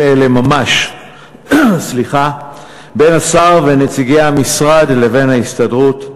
אלה ממש בין השר ונציגי המשרד לבין ההסתדרות.